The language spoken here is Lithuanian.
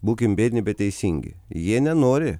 būkim biedni bet teisingi jie nenori